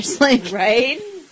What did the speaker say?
Right